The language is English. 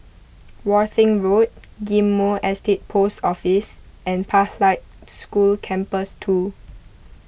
Worthing Road Ghim Moh Estate Post Office and Pathlight School Campus two